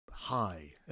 high